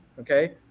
okay